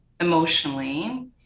emotionally